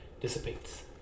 dissipates